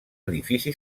edifici